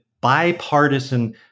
bipartisan